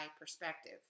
perspective